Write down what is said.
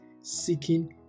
seeking